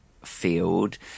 field